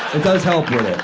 it does help with